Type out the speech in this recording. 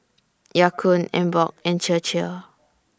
Ya Kun Emborg and Chir Chir